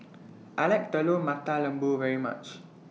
I like Telur Mata Lembu very much